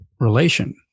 relation